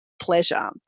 pleasure